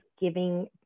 giving